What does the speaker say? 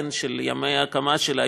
של ימי ההקמה שלה,